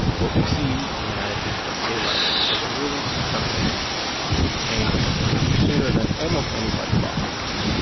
what we see in attitudes towards gay rights is a really stunning change over time, sooner than almost anybody thought possible